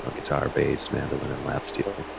ah guitar, bass, mandolin and lap steel.